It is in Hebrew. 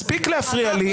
מספיק להפריע לי,